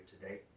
today